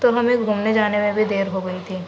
تو ہمیں گھومنے جانے میں بھی دیر ہو گئی تھی